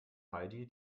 heidi